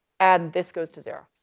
and this goes to zero,